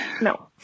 No